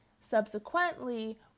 subsequently